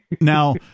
Now